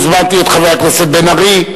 הזמנתי את חבר הכנסת בן-ארי,